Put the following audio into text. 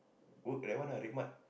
work red one ah RedMart